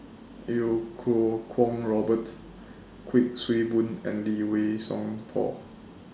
Iau Kuo Kwong Robert Kuik Swee Boon and Lee Wei Song Paul